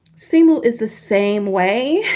simul is the same way.